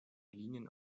linien